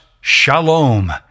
Shalom